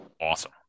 Awesome